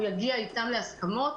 ויגיע איתם להסכמות.